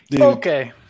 Okay